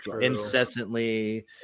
incessantly